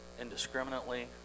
indiscriminately